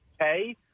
pay